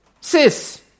sis